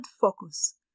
focus